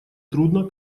трудно